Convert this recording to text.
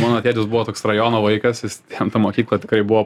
mano tėtis buvo toks rajono vaikas jis ten toj mokykloj tikrai buvo